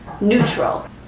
neutral